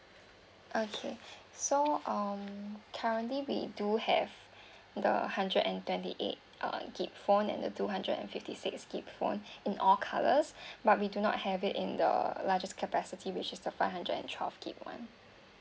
okay so um currently we do have the hundred and twenty eight uh GB phone and the two hundred and fifty six GB phone in all colors but we do not have it in the largest capacity which is the five hundred and twelve GB [one]